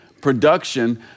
production